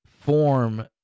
form